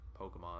Pokemon